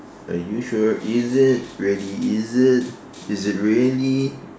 are you sure is it really is it is it really